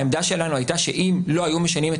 העמדה שלנו הייתה שאם לא היו משנים את